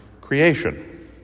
creation